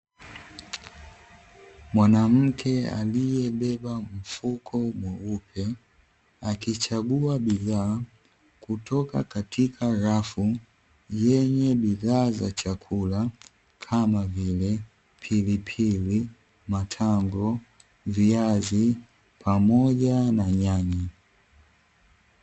Mwanamke aliyebeba mfuko mweupe akichagua bidhaa kutoka katika rafu yenye bidhaa za chakula kama vile; pilipili, matango, viazi pamoja na nyanya.